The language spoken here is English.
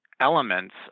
elements